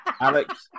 Alex